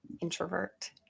introvert